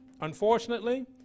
Unfortunately